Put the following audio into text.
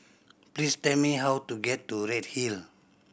please tell me how to get to Redhill